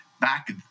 back